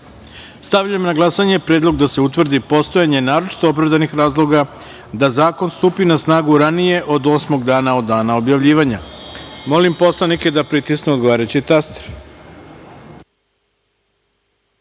na glasanje predlog da se utvrdi postojanje naročito opravdanih razloga da zakon stupi na snagu ranije od osmog dana od dana objavljivanja. Molim narodne poslanike da pritisnu odgovarajući